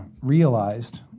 realized